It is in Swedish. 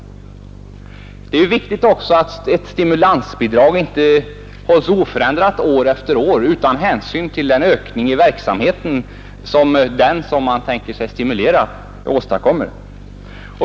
Det är också viktigt att ett stimulansbidrag inte hålls oförändrat år efter år utan hänsyn till den ökning av verksamheten som de som man tänker sig stimulera åstadkommer.